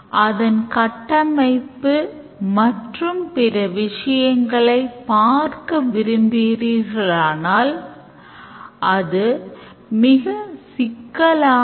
System நம்மிடம் நீங்கள் சேமிப்பு கணக்கு அல்லது நடப்புக் கணக்கிலிருந்து திரும்பப் பெறுவீர்களா அல்லது withdraw செய்வீர்களா